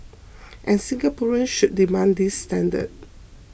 and Singaporeans should demand these standards